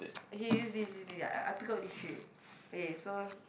okay use this use this I I pick out these three okay so